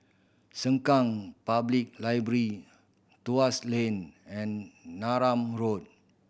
Sengkang Public Library Tuas Link and Neram Road